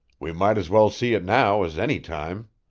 we might as well see it now as any time.